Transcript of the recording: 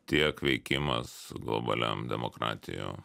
tiek veikimas globaliam demokratijų